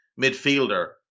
midfielder